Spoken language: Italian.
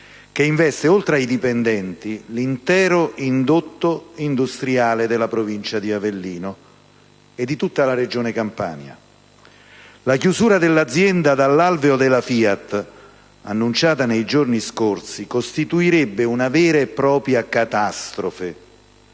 che investe, oltre ai dipendenti, l'intero indotto industriale della Provincia di Avellino e della Regione Campania. La chiusura dell'azienda dall'alveo della FIAT, annunciata nei giorni scorsi, costituirebbe una vera e propria catastrofe